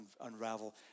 unravel